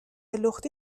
لختی